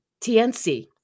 TNC